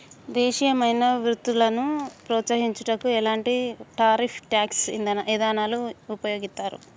దేశీయమైన వృత్పత్తులను ప్రోత్సహించుటకు ఎలాంటి టారిఫ్ ట్యాక్స్ ఇదానాలు ఉపయోగిత్తారు